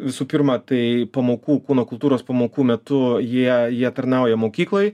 visų pirma tai pamokų kūno kultūros pamokų metu jie jie tarnauja mokyklai